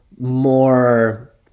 more